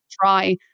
try